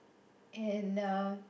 and uh